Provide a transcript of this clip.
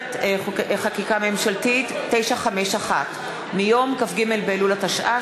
חוברת חקיקה ממשלתית 951 מיום כ"ג באלול באלול התשע"ה,